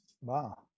Wow